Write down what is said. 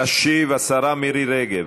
תשיב השרה מירי רגב,